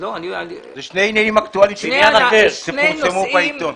אלה שני עניינים אקטואליים שפורסמו בעיתון.